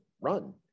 run